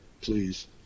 please